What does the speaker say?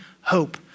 hope